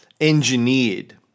engineered